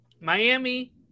Miami